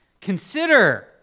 consider